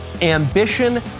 ambition